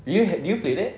did you had did you play that